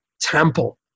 temple